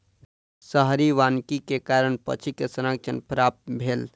शहरी वानिकी के कारण पक्षी के संरक्षण प्राप्त भेल